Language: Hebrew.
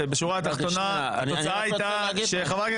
בשורה התחתונה התוצאה הייתה שחברת